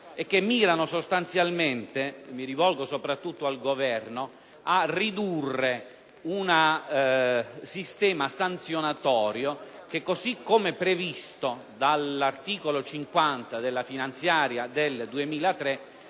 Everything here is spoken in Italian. che mirano sostanzialmente – mi rivolgo soprattutto al Governo – a ridurre un sistema sanzionatorio che, cosı come previsto dall’articolo 50 della finanziaria del 2003,